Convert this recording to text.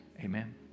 amen